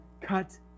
cut